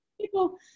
people